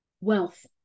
Wealth